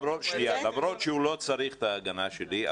למרות שהוא לא צריך את ההגנה שלי,